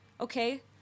okay